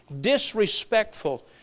disrespectful